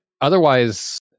otherwise